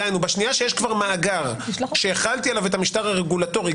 דהיינו בשנייה שיש כבר מאגר שהחלתי עליו את המשטר הרגולטורי,